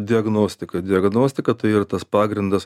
diagnostika diagnostika tai yr tas pagrindas